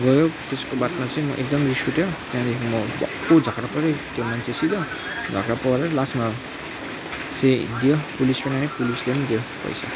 गयो त्यसको बादमा चाहिँ म एकदम रिस उठ्यो त्यहाँदेखि म भक्कु झगडा परेँ त्यो मान्छेसित झगडा पर्यो लास्टमा चाहिँ दियो पुलिस पनि आयो पुलिसले पनि दियो पैसा